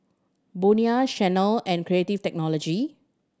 Bonia Chanel and Creative Technology